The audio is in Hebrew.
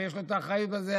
ויש לו את האחריות לזה,